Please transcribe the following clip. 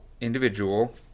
individual